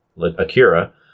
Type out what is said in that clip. akira